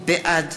בעד